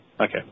Okay